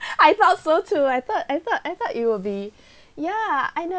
I felt so too I thought I thought I thought it will be ya I know